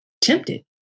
tempted